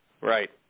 Right